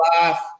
laugh